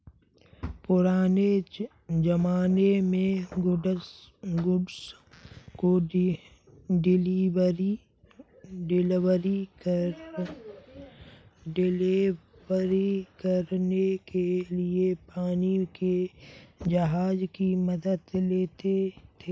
पुराने ज़माने में गुड्स को डिलीवर करने के लिए पानी के जहाज की मदद लेते थे